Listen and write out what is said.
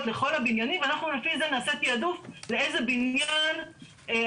לכל הבניינים ואנחנו לפי זה נעשה תעדוף לאיזה בניין אנחנו